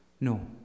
No